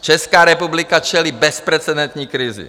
Česká republika čelí bezprecedentní krizi.